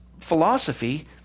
philosophy